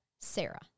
Sarah